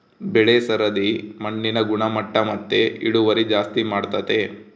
ಬೆಳೆ ಸರದಿ ಮಣ್ಣಿನ ಗುಣಮಟ್ಟ ಮತ್ತೆ ಇಳುವರಿ ಜಾಸ್ತಿ ಮಾಡ್ತತೆ